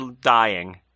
dying